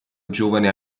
giovane